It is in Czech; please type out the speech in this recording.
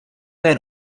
jen